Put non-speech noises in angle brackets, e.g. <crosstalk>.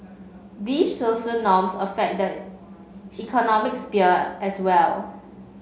these social <unintelligible> affect the economic sphere as well